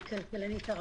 אני הכלכלית הראשית.